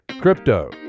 Crypto